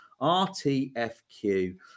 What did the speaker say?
RTFQ